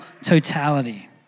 totality